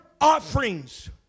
offerings